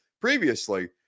previously